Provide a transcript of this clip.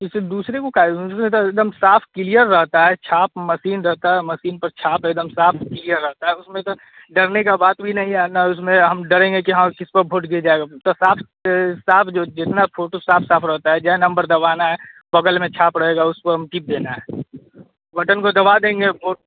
किसी दूसरे को काहे एकदम साफ़ क्लियर रहता है छाप रहता है मसीन पर छाप एकदम साफ़ क्लियर रहता है उसमें तो डरने का बात भी नहीं है ना उसमें हम डरेंगे कि हाँ किसको दिया जाएगा तो साफ़ साफ़ जो जितना जो जितना फोटो साफ़ साफ़ रहता है जो नंबर दबाना है बगल में छाप रहेगा उसको हम टिप देना है बटन को दबा देंगे वोट